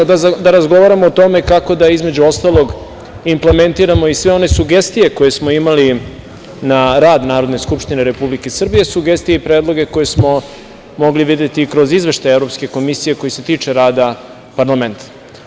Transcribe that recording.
Da razgovaramo o tome, između ostalog, kako da implementiramo sve one sugestije koje smo imali na rad Narodne skupštine Republike Srbije, sugestije i predloge koje smo mogli videti i kroz izveštaj Evropske komisije, koji se tiče rada parlamenta.